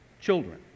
children